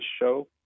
show